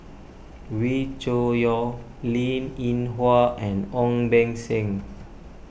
Wee Cho Yaw Linn in Hua and Ong Beng Seng